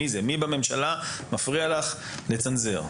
מי בממשלה מפריע לך לצנזר?